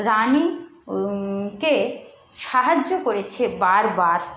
রানিকে সাহায্য করেছে বারবার